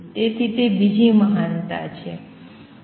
તેથી તે બીજી મહાનતા છે